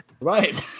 Right